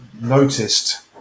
noticed